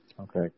Okay